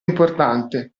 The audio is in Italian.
importante